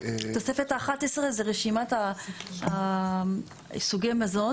תוספת האחתעשרה זה רשימת סוגי מזון